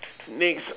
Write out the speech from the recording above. next